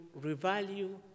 revalue